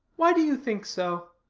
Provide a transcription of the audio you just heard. why do you think so?